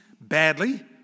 badly